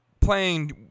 playing